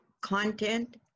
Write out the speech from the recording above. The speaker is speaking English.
content